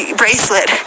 bracelet